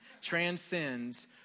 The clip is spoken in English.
transcends